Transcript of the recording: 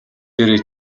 дээрээ